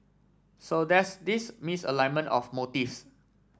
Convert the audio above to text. so there's this misalignment of motives